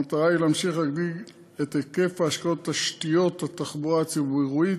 המטרה היא להמשיך להגדיל את היקף ההשקעות בתשתיות תחבורה ציבורית